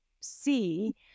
see